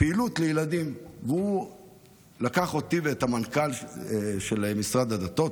הוא לקח אותי ואת המנכ"ל של משרד הדתות,